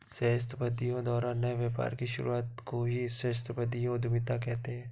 सहस्राब्दियों द्वारा नए व्यापार की शुरुआत को ही सहस्राब्दियों उधीमता कहते हैं